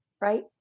right